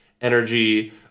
energy